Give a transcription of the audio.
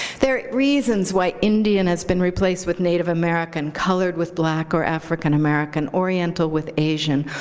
there are reasons why indian has been replaced with native american, colored with black or african american, oriental with asian,